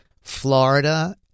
Florida